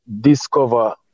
discover